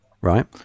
Right